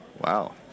Wow